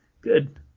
Good